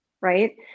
right